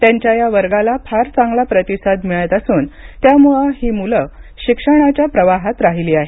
त्यांच्या या वर्गाला फार चांगला प्रतिसाद मिळत असून त्यामुळे ही मूलं शिक्षणाच्या प्रवाहात राहिली आहेत